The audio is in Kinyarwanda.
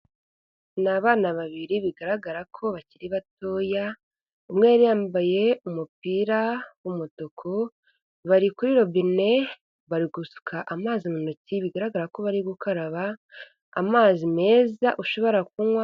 Ni abana babiri bigaragara ko bakiri batoya, umwe yari yambaye umupira w'umutuku, bari kuri lobine, bari gusuka amazi mu ntoki, bigaragara ko bari gukaraba amazi meza ushobora kunywa.